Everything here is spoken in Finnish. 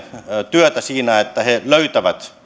työtä siinä että he löytävät